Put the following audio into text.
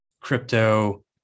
crypto